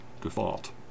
default